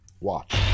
Watch